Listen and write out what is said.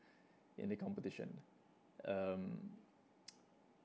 in the competition um